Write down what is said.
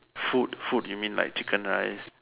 food food you mean like chicken rice